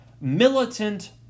militant